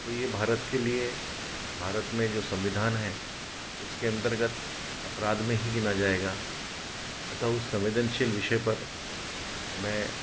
तो ये भारत के लिए भारत में जो संविधान है उसके अंतर्गत अपराध में ही गिना जाएगा अतः उस संवेदनशील विषय पर मैं